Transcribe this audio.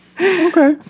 okay